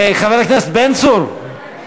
חבר הכנסת בן צור,